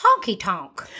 Honky-tonk